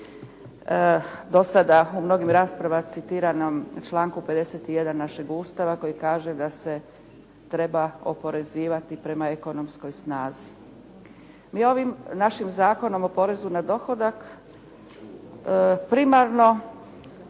do sada u mnogim raspravama citiranom članku 51. našeg Ustava koji kaže da se treba oporezivati prema ekonomskoj snazi. Mi ovim našim Zakonom o porezu na dohodak primarno